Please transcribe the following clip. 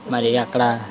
మరి అక్కడ